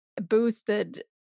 boosted